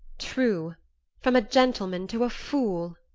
true from a gentleman to a fool.